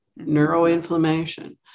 Neuroinflammation